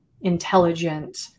intelligent